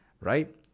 right